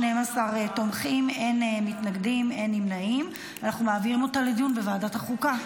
התקבלה, ואנחנו מעבירים אותה לדיון בוועדת החוקה